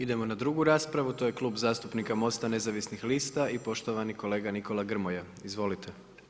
Idemo na drugu raspravu to je Klub zastupnika MOST-a nezavisnih lista i poštovani kolega Nikola Grmoja, izvolite.